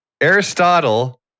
Aristotle